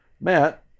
Matt